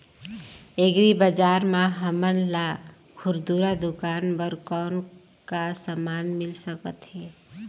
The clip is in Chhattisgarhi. एग्री बजार म हमन ला खुरदुरा दुकान बर कौन का समान मिल सकत हे?